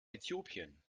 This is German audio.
äthiopien